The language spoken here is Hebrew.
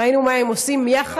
ראינו מה הם עושים יחד.